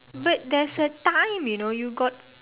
but there's a time you know you got